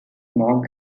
smog